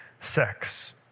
Sex